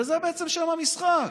וזה בעצם שם המשחק.